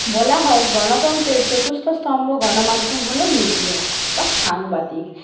বলা হয় গণতন্ত্রের চতুর্থ স্তম্ভ গণমাধ্যম হলো মিডিয়া বা সাংবাদিক